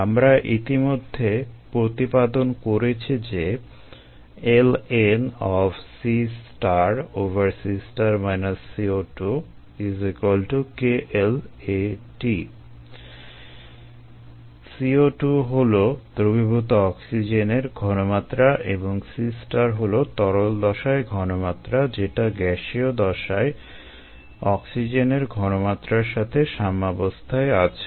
আমরা ইতিমধ্যে প্রতিপাদন করেছি যে CO2 হলো দ্রবীভূত অক্সিজেনের ঘনমাত্রা এবং C হলো তরল দশায় ঘনমাত্রা যেটা গ্যাসীয় দশায় অক্সিজেনের ঘনমাত্রার সাথে সাম্যাবস্থায় আছে